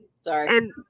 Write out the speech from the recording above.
Sorry